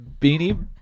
beanie